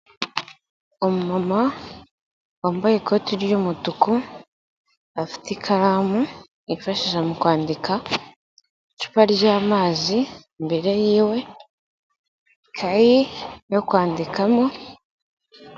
Umumama wambaye ikoti ry'umutuku, afite ikaramu ifashisha mu kwandika, icupa ryamazi Imbere yiwe, ikayi yo kwandikamo.